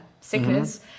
sickness